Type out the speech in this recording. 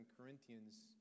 Corinthians